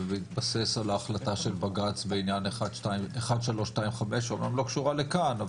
ובהתבסס על החלטת בג"צ בעניין 13125 שאמנם לא קשורה לכאן,